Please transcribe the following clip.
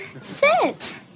Sit